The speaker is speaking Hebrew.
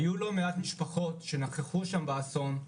היו לא מעט משפחות שנכחו באסון,